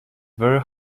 very